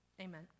Amen